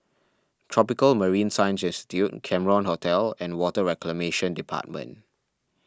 Tropical Marine Science Institute Cameron Hotel and Water Reclamation Department